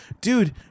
dude